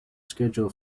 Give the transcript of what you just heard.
schedule